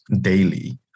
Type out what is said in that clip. daily